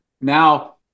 Now